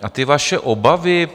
A ty vaše obavy?